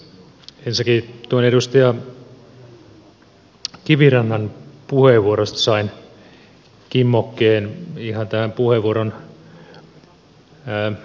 ensinnäkin tuosta edustaja kivirannan puheenvuorosta sain kimmokkeen ihan tähän puheenvuoron alkuun